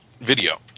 video